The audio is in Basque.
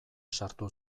sartu